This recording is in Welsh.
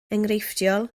enghreifftiol